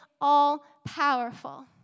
all-powerful